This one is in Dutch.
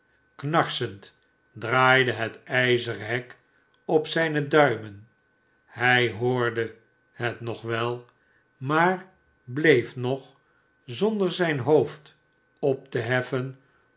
knarsend draaide het ijzeren hek op zijne duimen hij hoordehet wel maar bleef nog zonder zijn hoofd op te heffen